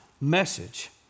message